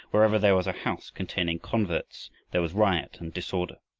wherever there was a house containing converts, there was riot and disorder.